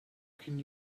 can